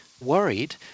worried